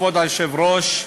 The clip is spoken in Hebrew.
כבוד היושב-ראש,